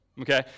okay